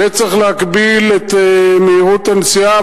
וצריך להגביל את מהירות הנסיעה,